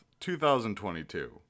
2022